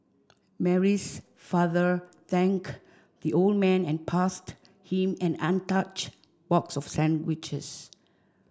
Mary's father thanked the old man and passed him and an untouched box of sandwiches